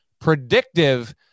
Predictive